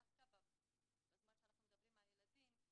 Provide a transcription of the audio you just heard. בזמן שאנחנו מדברים על ילדים,